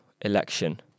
election